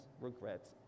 regrets